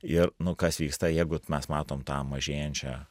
ir nu kas vyksta jeigu mes matom tą mažėjančią